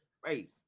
Crazy